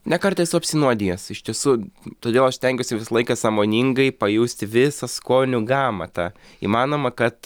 ne kartą esu apsinuodijęs iš tiesų todėl aš stengiuosi visą laiką sąmoningai pajusti visą skonių gamą tą įmanomą kad